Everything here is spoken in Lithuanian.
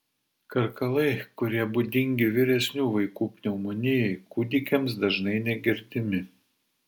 karkalai kurie būdingi vyresnių vaikų pneumonijai kūdikiams dažnai negirdimi